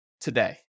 today